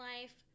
life